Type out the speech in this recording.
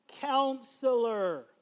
counselor